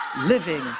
living